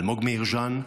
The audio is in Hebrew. אלמוג מאיר ג'אן,